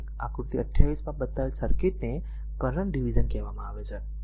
તેથી આકૃતિ 28 માં બતાવેલ સર્કિટને કરંટ ડીવીઝન કહેવામાં આવે છે